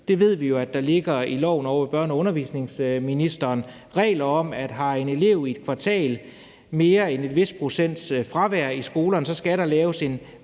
Vi ved jo, at det ligger i reglerne i loven ved børne- og undervisningsministeren, at har en elev i et kvartal mere end en vis procent fravær i skolen, skal der laves en